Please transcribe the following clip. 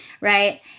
right